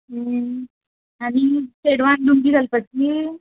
आनी चेडवान लुंगी घालपाची